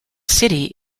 city